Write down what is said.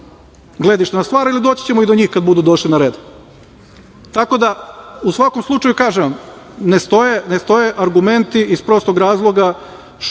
gledište na stvari, ali doći ćemo i do njih kada budu došli na red.U svakom slučaju, kažem vam, ne stoje argumenti, iz prostog razloga